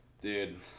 dude